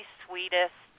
sweetest